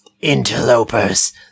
Interlopers